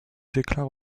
déclarent